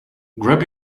grab